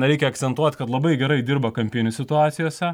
reikia akcentuot kad labai gerai dirba kampinių situacijose